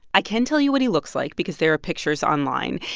i can tell you what he looks like because there are pictures online.